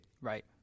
Right